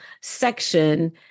section